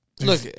Look